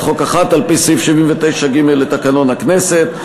חוק אחת על-פי סעיף 79(ג) לתקנון הכנסת.